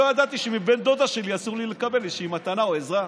לא ידעתי שמבן דודה שלי אסור לי קבל איזושהי מתנה או עזרה.